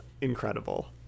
incredible